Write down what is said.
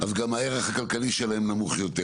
אז גם הערך הכלכלי שלהם נמוך יותר.